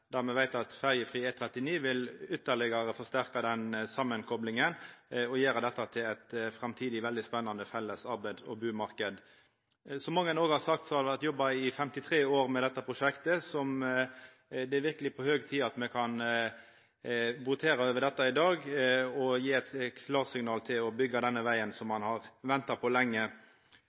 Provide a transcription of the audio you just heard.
der me veit at ferjefri E39 ytterlegare vil forsterka denne samankoplinga og gjera dette til ein framtidig, veldig spennande felles arbeids- og bustadmarknad. Som mange òg har sagt, har det vore jobba i 53 år med dette prosjektet, så det er verkeleg på høg tid at me kan votera over dette i dag og gi eit klarsignal til å byggja denne vegen som ein har venta på lenge.